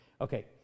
Okay